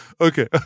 Okay